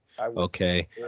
Okay